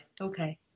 Okay